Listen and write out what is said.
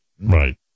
Right